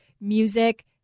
music